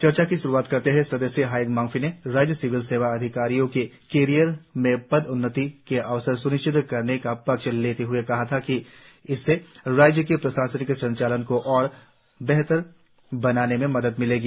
चर्चा के शुरुआर करते हए सदस्य हायांग मांगफी ने राज्य सिविल सेवा अधिकारियों के कैरियर में पदोन्नति के अवसर स्निश्चित करने का पक्ष लेते हए कहा था कि इससे राज्य के प्रशासनिक संचालन को और बेहतर बनाने में मदद मिलेगी